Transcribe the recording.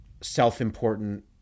self-important